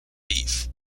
beef